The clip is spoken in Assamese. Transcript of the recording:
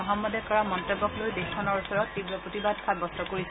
মহম্মদে কৰা মন্তব্যক লৈ দেশখনৰ ওচৰত তীৱ প্ৰতিবাদ সাব্যস্ত কৰিছে